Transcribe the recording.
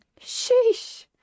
sheesh